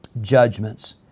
judgments